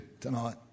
tonight